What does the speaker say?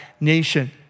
nation